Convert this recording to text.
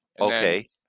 Okay